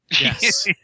Yes